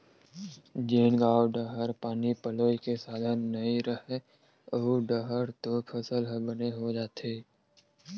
जेन गाँव डाहर पानी पलोए के साधन नइय रहय ओऊ डाहर तो फसल ह बने हो जाथे